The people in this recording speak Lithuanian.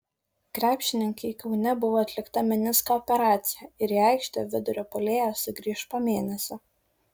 krepšininkei kaune buvo atlikta menisko operacija ir į aikštę vidurio puolėja sugrįš po mėnesio